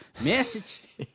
Message